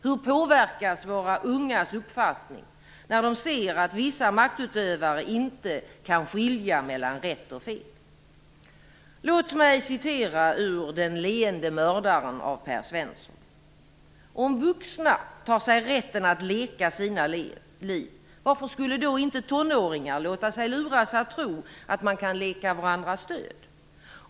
Hur påverkas våra ungas uppfattning när de ser att vissa maktutövare inte kan skilja mellan rätt och fel? Låt mig citera ur Den leende mördaren av Per "Om vuxna tar sig rätten att leka sina liv, varför skulle då inte tonåringar låta sig luras att tro att man kan leka varandras död?